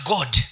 God